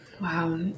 Wow